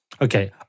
Okay